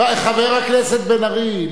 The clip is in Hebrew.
חבר הכנסת בן-ארי,